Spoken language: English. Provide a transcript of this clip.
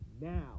Now